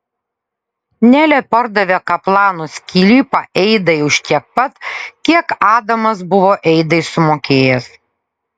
nelė pardavė kaplanų sklypą eidai už tiek pat kiek adamas buvo eidai sumokėjęs